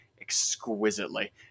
exquisitely